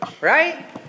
right